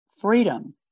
freedom